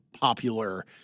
popular